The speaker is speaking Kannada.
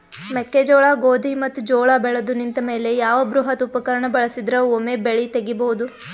ಮೆಕ್ಕೆಜೋಳ, ಗೋಧಿ ಮತ್ತು ಜೋಳ ಬೆಳೆದು ನಿಂತ ಮೇಲೆ ಯಾವ ಬೃಹತ್ ಉಪಕರಣ ಬಳಸಿದರ ವೊಮೆ ಬೆಳಿ ತಗಿಬಹುದು?